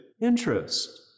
interest